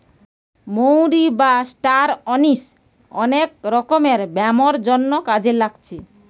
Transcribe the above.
মৌরি বা star anise অনেক রকমের ব্যামোর জন্যে কাজে লাগছে